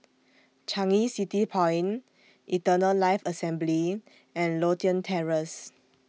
Changi City Point Eternal Life Assembly and Lothian Terrace